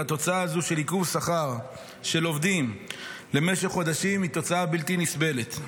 והתוצאה הזו של עיכוב שכר של עובדים למשך חודשים היא תוצאה בלתי נסבלת.